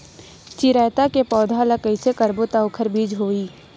चिरैता के पौधा ल कइसे करबो त ओखर बीज होई?